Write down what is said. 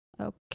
Okay